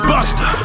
Buster